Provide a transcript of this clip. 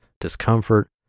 discomfort